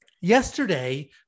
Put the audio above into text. Yesterday